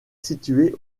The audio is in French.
située